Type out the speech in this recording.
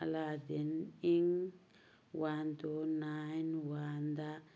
ꯑꯂꯥꯗꯤꯟ ꯏꯪ one two nine ꯋꯥꯟꯗ